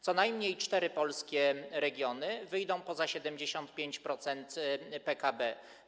Co najmniej cztery polskie regiony przekroczą 75% PKB.